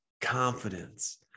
confidence